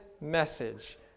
message